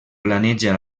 planeja